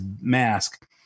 mask